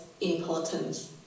importance